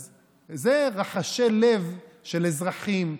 אז אלה רחשי לב של אזרחים,